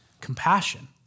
Compassion